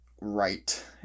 right